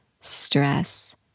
stress